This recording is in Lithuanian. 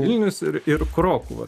vilnius ir ir krokuva